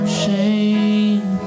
shame